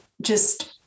just-